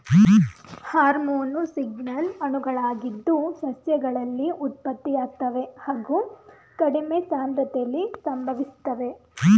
hormone signal ಅಣುಗಳಾಗಿದ್ದು ಸಸ್ಯಗಳಲ್ಲಿ ಉತ್ಪತ್ತಿಯಾಗ್ತವೆ ಹಾಗು ಕಡಿಮೆ ಸಾಂದ್ರತೆಲಿ ಸಂಭವಿಸ್ತವೆ